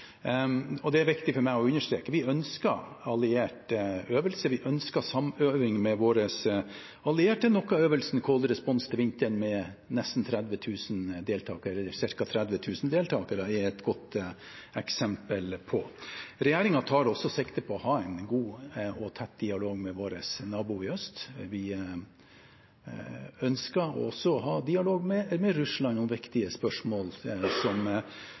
og det er viktig for meg å understreke. Vi ønsker allierte øvelser, vi ønsker samøving med våre allierte, noe øvelsen Cold Response til vinteren med ca. 30 000 deltakere er et godt eksempel på. Regjeringen tar også sikte på å ha en god og tett dialog med vår nabo i øst – vi ønsker også å ha dialog med Russland om viktige spørsmål som